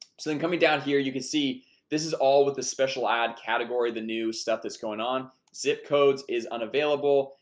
so then coming down here you can see this is all with the special ad category the new stuff that's going on zip codes is unavailable.